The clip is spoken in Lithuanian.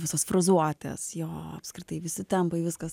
visos frazuotės jo apskritai visi tempai viskas